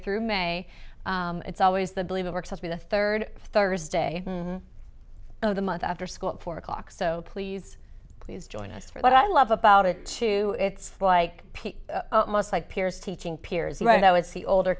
through may it's always the believe it works will be the third thursday of the month after school at four o'clock so please please join us for what i love about it too it's like most like piers teaching piers right now it's the older